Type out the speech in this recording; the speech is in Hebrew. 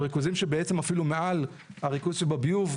ריכוזים שבעצם אפילו מעל הריכוז שבביוב,